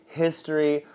history